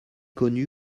connu